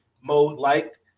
mode-like